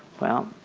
well,